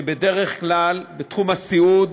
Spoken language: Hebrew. בדרך כלל בתחום הסיעוד,